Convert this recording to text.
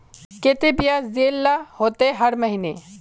केते बियाज देल ला होते हर महीने?